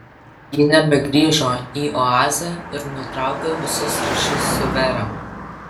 ji nebegrįžo į oazę ir nutraukė visus ryšius su vera